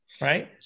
right